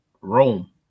Rome